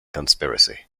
conspiracy